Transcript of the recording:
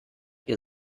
ihr